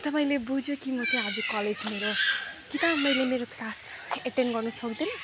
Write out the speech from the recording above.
त मैले बुझेँ कि म चाहिँ आज कलेज मेरो कि त मैले मेरो क्लास एटेन्ड गर्नु सक्दैनँ